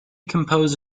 composed